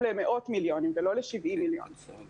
למאות מיליוני שקלים ולא ל-70 מיליוני שקלים.